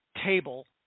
table